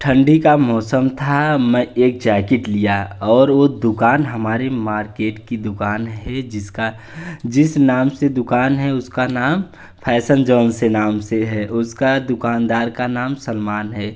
ठंडी का मौसम था मैं एक जैकेट लिया और वह दुकान हमारे मार्केट की दुकान है जिसका जिस नाम से दुकान है उसका नाम फैशन जॉन से नाम से है उसका दुकानदार का नाम सलमान है